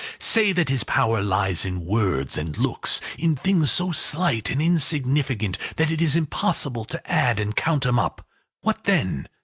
say that his power lies in words and looks in things so slight and insignificant that it is impossible to add and count em up what then?